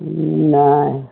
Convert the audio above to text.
नहि